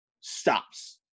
stops